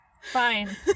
Fine